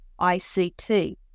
ICT